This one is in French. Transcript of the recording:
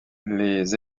les